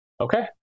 Okay